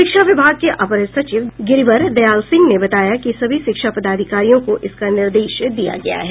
शिक्षा विभाग के अपर सचिव गिरिवर दयाल सिंह ने बताया कि सभी शिक्षा पदाधिकारियों को इसका निर्देश दिया गया है